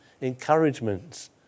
encouragements